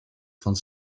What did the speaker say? van